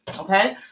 Okay